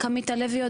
רק עמית הלוי יודע.